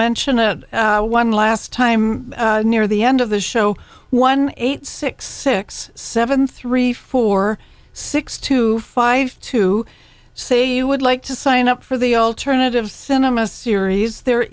mention it one last time near the end of the show one eight six six seven three four six two five to say you would like to sign up for the alternative cinema series there